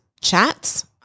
chats